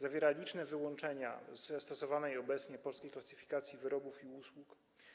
Zawiera liczne wyłączenia ze stosowanej obecnie Polskiej Klasyfikacji Wyrobów i Usług.